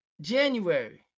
January